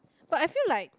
but I feel like